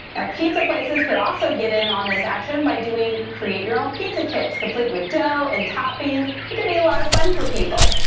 now pizza places could also get in on this action by doing create your own pizza kits complete with dough and toppings. it can be a lot of fun for people,